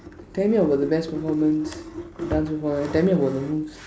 tell me about the best performance the dance performance tell me about the moves